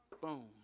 Boom